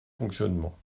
fonctionnement